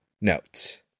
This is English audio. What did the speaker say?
notes